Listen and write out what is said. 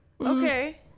Okay